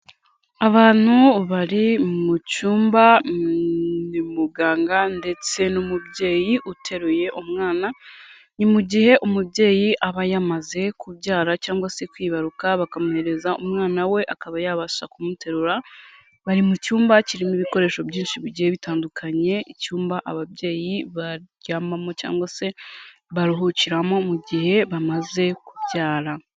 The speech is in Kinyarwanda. Abantu bari mu cyumba; ni muganga, ndetse n'umubyeyi uteruye umwana. Ni mu gihe umubyeyi aba yamaze kubyara cyangwa se kwibaruka, bakamwohereza umwana we akaba yabasha kumuterura. bari mu cyumba kirimo ibikoresho byinshi bigiye bitandukanye, icyumba ababyeyi baryamamo cyangwa se baruhukiramo mu gihe bamaze kubyara.